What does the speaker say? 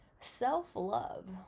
self-love